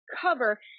cover